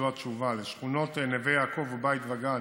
וזו התשובה: לשכונות נווה יעקב ובית וגן